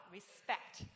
respect